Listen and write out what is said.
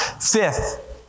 Fifth